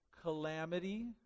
calamity